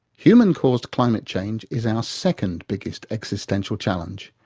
human-caused climate change is our second biggest existential challenge,